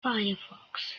firefox